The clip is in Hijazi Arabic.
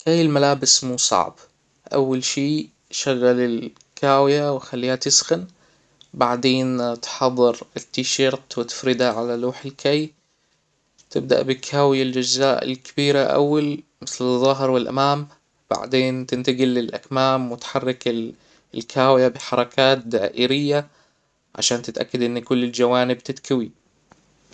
كى الملابس مو صعب: أول شئ شغل الكاوية وخليها تسخن بعدين تحضر التيشيرت وتفردها على لوح الكى وتبدأ بكوى الأجزاء الكبيره الأول مثل الظهر و الأمام بعدين تنتجل للأكمام وتحرك الكاوية بحركات دائرية عشان تتأكد أن كل الجوانب تتكوى